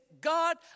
God